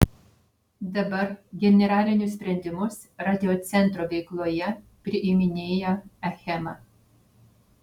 dabar generalinius sprendimus radiocentro veikloje priiminėja achema